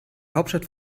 hauptstadt